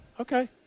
okay